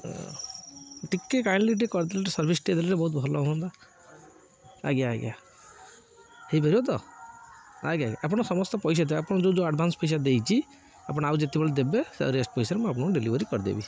ଟିକେ କାଇଣ୍ଡଲି ଟିକେ କରିଦେଲେ ସର୍ଭିସ ଟିକେ ଦେଲେ ବହୁତ ଭଲ ହୁଅନ୍ତା ଆଜ୍ଞା ଆଜ୍ଞା ହେଇପାରିବ ତ ଆଜ୍ଞା ଆପଣ ସମସ୍ତେ ପଇସା ଦେବେ ଆପଣ ଯେଉଁ ଯେଉଁ ଆଡ଼ଭାନ୍ସ ପଇସା ଦେଇଛି ଆପଣ ଆଉ ଯେତେବେଳେ ଦେବେ ସେ ରେଷ୍ଟ ପଇସାରେ ମୁଁ ଆପଣଙ୍କୁ ଡେଲିଭରି କରିଦେବି